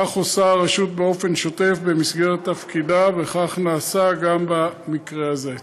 כך עושה הרשות באופן שוטף במסגרת תפקידה וכך נעשה גם במקרה הזה.